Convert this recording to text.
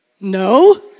No